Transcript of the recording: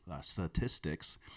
statistics